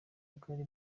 bwami